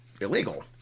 illegal